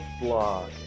blog